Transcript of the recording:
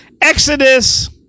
Exodus